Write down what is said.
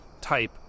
type